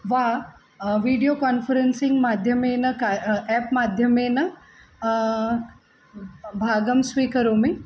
वा video conferencing माध्यमेन का एवं माध्यमेन भागं स्वीकरोमि